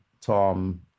Tom